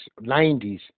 90s